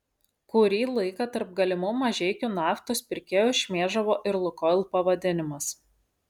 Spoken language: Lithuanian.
kurį laiką tarp galimų mažeikių naftos pirkėjų šmėžavo ir lukoil pavadinimas